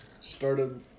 started